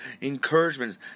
encouragements